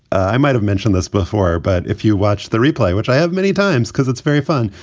i might have mentioned this before, but if you watch the replay, which i have many times, because it's very fun.